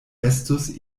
estus